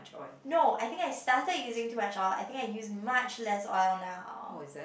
no I think I started using too much oil I think I use much less oil now